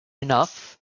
enough